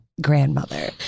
grandmother